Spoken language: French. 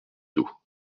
dos